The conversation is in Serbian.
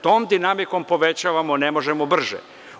Tom dinamikom povećavamo, ne možemo brže.